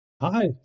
Hi